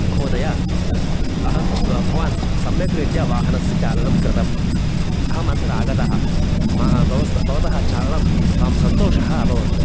महोदय अहन् भवान् सम्यक् रीत्या वाहनस्य चालनं कृतं अहमत्र आगतः मा भवतस् भवस् भवतः चालनं मां सन्तोषः अभवत्